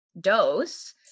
dose